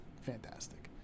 fantastic